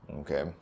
Okay